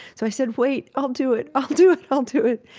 so i said wait, i'll do it, i'll do it, i'll do it.